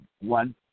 one